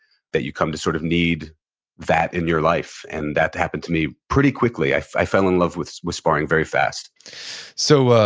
that you come to sort of need that in your life. and that happened to me pretty quickly. i i fell in love with with sparring very fast so,